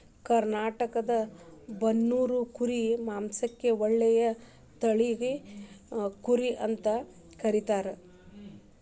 ಕರ್ನಾಟಕದ ಬನ್ನೂರು ಕುರಿ ಮಾಂಸಕ್ಕ ಒಳ್ಳೆ ತಳಿ ಕುರಿ ಅಂತ ಕರೇತಾರ